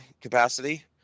capacity